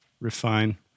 refine